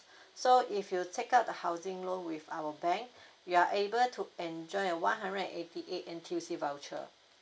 so if you take up the housing loan with our bank you are able to enjoy a one hundred and eighty eight N_T_U_C voucher